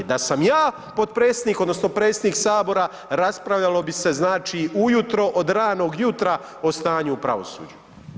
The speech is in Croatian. Da sam ja potpredsjednik, odnosno predsjednik Sabora raspravljalo bi se znači ujutro od ranog jutra o stanju u pravosuđu.